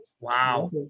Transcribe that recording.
Wow